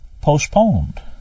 postponed